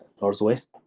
northwest